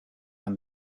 run